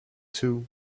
too